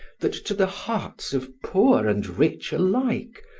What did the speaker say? that to the hearts of poor and rich alike,